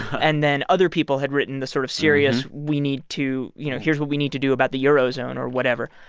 and then other people had written the sort of serious we need to you know, here's what we need to do about the eurozone or whatever.